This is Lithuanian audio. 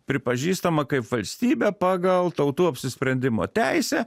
pripažįstama kaip valstybė pagal tautų apsisprendimo teisę